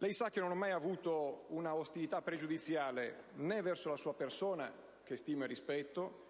Lei sa che non ho mai avuto un'ostilità pregiudiziale, né verso la sua persona, che stimo e rispetto,